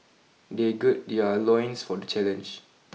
they gird their loins for the challenge